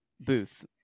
booth